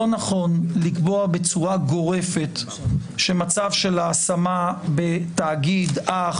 לא נכון לקבוע בצורה גורפת שמצב של ההשמה בתאגיד אח